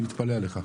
אני מתפלא עליך.